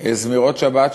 זמירות שבת,